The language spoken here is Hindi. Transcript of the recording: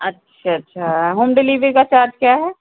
अच्छा अच्छा होम डिलिवरी का चार्ज क्या है